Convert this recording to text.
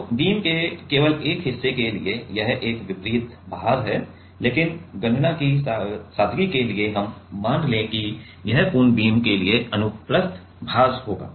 तो बीम के केवल एक हिस्से के लिए यह एक वितरित भार है लेकिन गणना की सादगी के लिए हम मान लेंगे कि यह पूर्ण बीम के लिए अनुप्रस्थ भार होगा